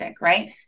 right